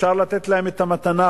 אפשר לתת להם את המתנה.